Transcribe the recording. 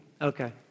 Okay